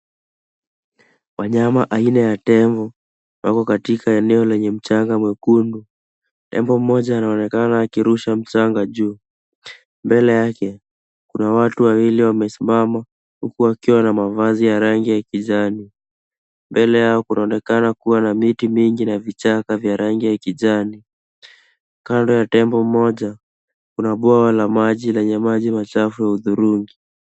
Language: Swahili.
Wanyama aina ya tembo wako katika eneo lenye mchanga mwekundu. Tembo mmoja anaonekana akirusha mchanga juu. Mbele yake, kuna watu wawili wamesimama huku wakiwa na mavazi ya rangi ya kijani. Mbele yao kuonekana kuwa na miti mingi na vichaka vya rangi ya kijani. Kando ya tembo mmoja, kuna bwawa la maji lenye maji machafu ya udhurungi.